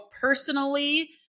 personally